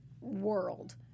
world